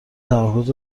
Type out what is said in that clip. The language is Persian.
تمرکز